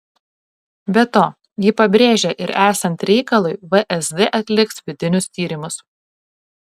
be to ji pabrėžė ir esant reikalui vsd atliks vidinius tyrimus